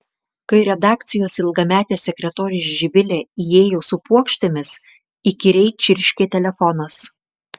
kai redakcijos ilgametė sekretorė živilė įėjo su puokštėmis įkyriai čirškė telefonas